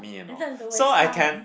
you like to waste time